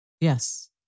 Yes